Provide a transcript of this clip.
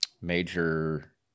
major